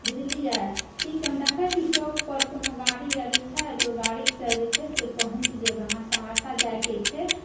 बुझलिए ठीक छै हम देखै छी चौकपर कोनो गाड़ी वाड़ी छै तऽ ओ गाड़ीसँ जे छै से पहुँच जाएब हमरा सहरसा जाइके छै